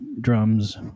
drums